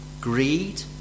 greed